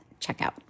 checkout